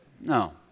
No